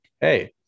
hey